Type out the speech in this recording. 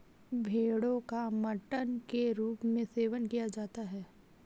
भेड़ो का मटन के रूप में सेवन किया जाता है